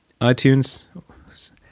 iTunes